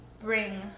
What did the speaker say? bring